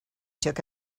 took